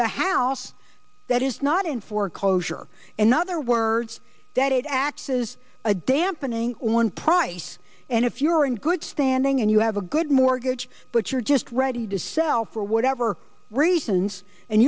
the house that is not in foreclosure in other words that it actually has a dampening one price and if you're in good standing and you have a good mortgage but you're just ready to sell for whatever reasons and